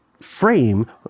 frame